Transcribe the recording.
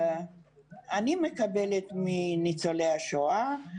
אני מקבלת מניצולי השואה,